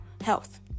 health